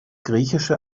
griechische